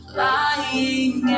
lying